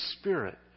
Spirit